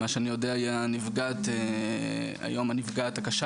ממה שאני יודע היא היום הנפגעת הקשה